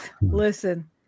Listen